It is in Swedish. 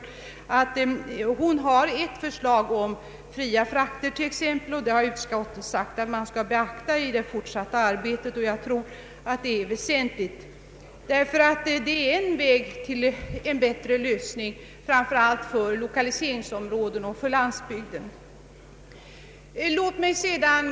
Hon har lagt fram ett förslag om fria frakter, och utskottet har sagt att man skall beakta detta i det fortsatta arbetet. Jag tror att detta är väsentligt. Det är en väg till en bättre lösning framför allt för lokaliseringsområden och på landsbygden över huvud taget.